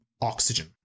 oxygen